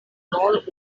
molt